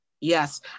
Yes